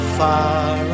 far